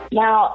now